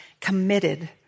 committed